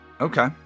okay